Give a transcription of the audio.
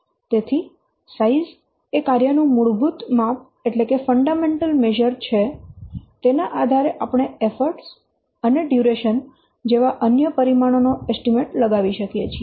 તેથી સાઈઝ એ કાર્યનું મૂળભૂત માપ છે તેના આધારે આપણે એફર્ટ અને ડ્યુરેશન જેવા અન્ય પરિમાણો નો એસ્ટીમેટ લગાવી શકીએ છીએ